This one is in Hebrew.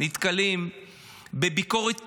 נתקלים בביקורת קשה,